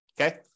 Okay